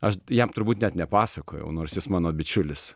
aš jam turbūt net nepasakojau nors jis mano bičiulis